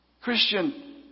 Christian